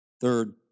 Third